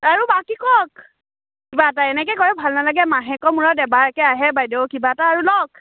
আৰু বাকী কওক কিবা এটা এনেকৈ ক'লে ভাল নালাগে মাহেকৰ মূৰত এবাৰ একে আহে বাইদেউ কিবা এটা আৰু লওক